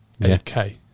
8k